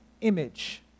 image